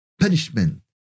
punishment